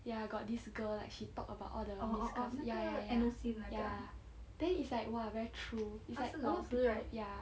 ya got this girl like she talked about all the discuss~ ya ya ya ya then it's like !wah! very true it's like a lot of people ya